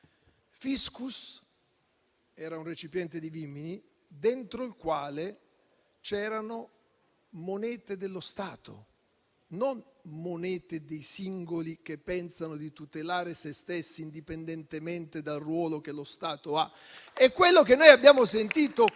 *fiscus* era un recipiente di vimini dentro il quale c'erano monete dello Stato e, non monete dei singoli che pensano di tutelare se stessi indipendentemente dal ruolo che lo Stato riveste. Quello che noi abbiamo sentito